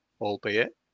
albeit